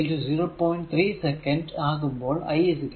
3 second ആകുമ്പോൾ i 3 sin 2π0